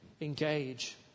engage